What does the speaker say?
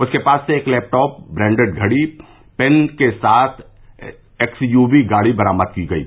उसके पास से एक लैपटॉप ब्रैन्डेड घड़ी पेन के साथ एक्सयूवी गाड़ी बरामद की गयी